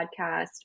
podcast